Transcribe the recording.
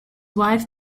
wife